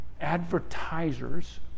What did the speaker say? Advertisers